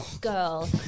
girl